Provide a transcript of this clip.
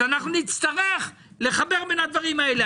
אז נצטרך לחבר בין הדברים האלה.